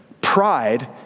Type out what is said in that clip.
pride